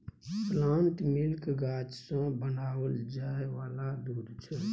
plant milk गाछ सँ बनाओल जाय वाला दूध छै